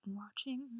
watching